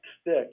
stick